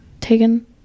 taken